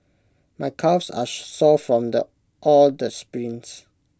my calves are sore from the all the sprints